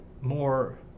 more